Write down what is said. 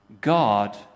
God